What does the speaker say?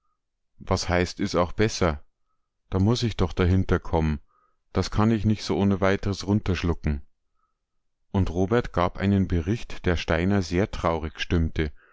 was heißt is auch besser da muß ich doch dahinter kommen das kann ich nich so ohne weiteres runterschlucken und robert gab einen bericht der steiner sehr traurig stimmte